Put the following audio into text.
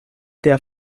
der